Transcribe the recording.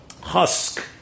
husk